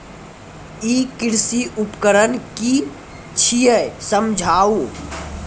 ई कृषि उपकरण कि छियै समझाऊ?